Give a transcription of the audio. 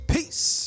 Peace